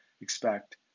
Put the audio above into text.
expect